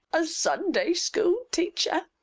a sunday school teacher.